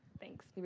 thanks.